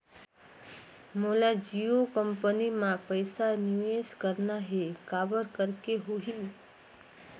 मोला जियो कंपनी मां पइसा निवेश करना हे, काबर करेके होही?